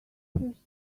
resources